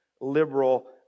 liberal